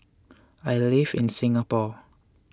I live in Singapore